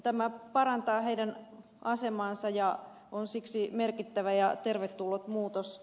tämä parantaa heidän asemaansa ja on siksi merkittävä ja tervetullut muutos